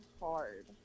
hard